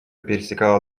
пересекала